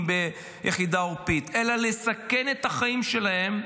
ביחידה עורפית אלא לסכן את החיים שלהם,